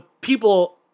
people